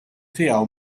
tiegħu